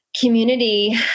community